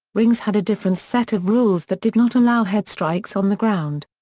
rings had a different set of rules that did not allow head strikes on the ground.